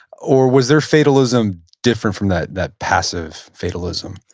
or was their fatalism different from that that passive fatalism?